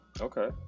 Okay